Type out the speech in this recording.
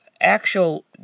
actual